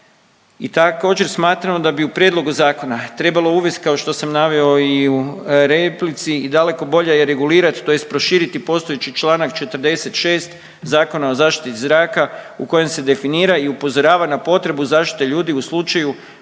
i također smatramo da bi u prijedlogu zakona trebalo uvest kao što sam naveo i u replici i daleko bolje regulirati tj. proširiti postojeći Članak 46. Zakona o zaštiti zraka u kojem se definira i upozorava na potrebu zaštite ljudi u slučaju